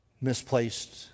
misplaced